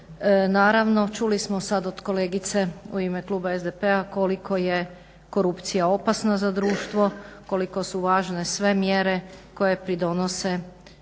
Naravno, čuli smo sad od kolegice u ime kluba SDP-a koliko je korupcija opasna za društvo, koliko su važne sve mjere koje pridonose što